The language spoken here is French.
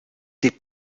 des